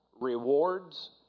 rewards